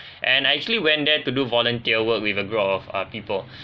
and I actually went there to do volunteer work with a group err people